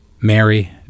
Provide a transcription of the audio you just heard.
Mary